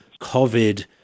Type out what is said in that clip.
COVID